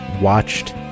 watched